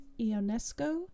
Ionesco